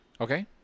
Okay